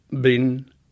bin